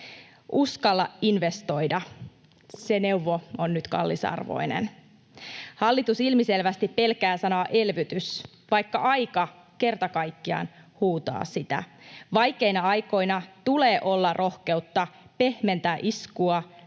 ”Uskalla investoida.” Se neuvo on nyt kallisarvoinen. Hallitus ilmiselvästi pelkää sanoa ”elvytys”, vaikka aika kerta kaikkiaan huutaa sitä. Vaikeina aikoina tulee olla rohkeutta pehmentää iskua,